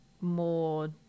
more